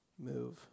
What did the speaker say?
Move